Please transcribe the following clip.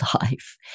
life